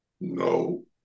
No